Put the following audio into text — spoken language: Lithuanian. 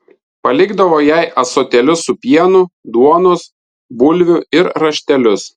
palikdavo jai ąsotėlius su pienu duonos bulvių ir raštelius